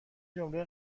جمله